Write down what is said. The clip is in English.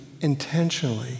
intentionally